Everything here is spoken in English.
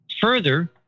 Further